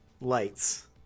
lights